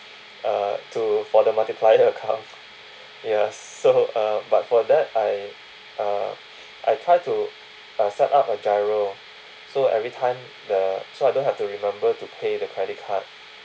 uh to for the multiplier account yes so uh but for that I uh I try to uh set up a GIRO so everytime the so I don't have to remember to pay the credit card